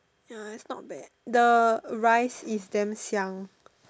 ya it's not bad the rice is damn 香